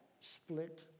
split